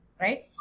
Right